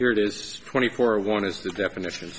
here it is twenty four one is the definition